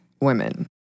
women